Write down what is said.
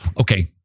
okay